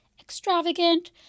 extravagant